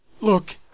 Look